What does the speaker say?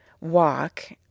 walk